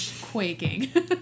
quaking